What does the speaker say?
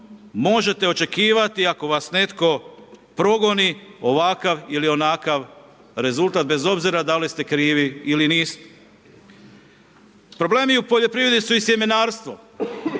možete očekivati ako vas netko progoni ovakav ili onakav rezultat, bez obzira da li ste krivi ili niste. Problemi u poljoprivredi su i sjemenarstvo.